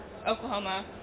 Oklahoma